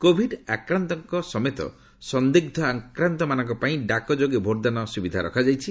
Covid ଆକ୍ରାନ୍ତଙ୍କ ସମେତ ସନ୍ଦିଗ୍ମ ଆକ୍ରାନ୍ତମାନଙ୍କ ପାଇଁ ଡାକ ଯୋଗେ ଭୋଟଦାନ ସୁବିଧା ରଖାଯାଇଛି